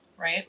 right